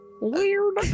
Weird